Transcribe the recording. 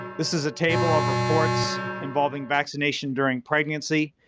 this is a table of reports involving vaccination during pregnancy.